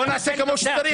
בוא נעשה כמו שצריך.